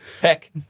Heck